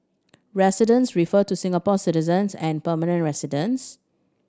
residents refer to Singapore citizens and permanent residents